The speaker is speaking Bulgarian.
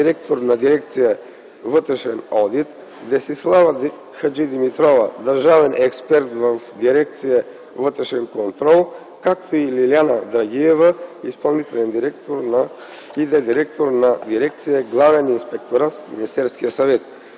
директор на дирекция „Вътрешен одит”, Десислава Хаджидимитрова – държавен експерт в дирекция „Вътрешен контрол”, както и Лиляна Драгиева – изпълнителен директор в дирекция „Главен инспекторат” в Министерския съвет,